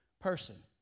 person